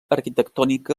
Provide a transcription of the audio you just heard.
arquitectònica